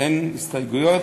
אין הסתייגויות,